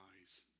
eyes